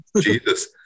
Jesus